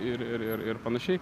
ir ir ir ir panašiai